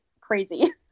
crazy